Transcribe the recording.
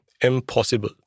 impossible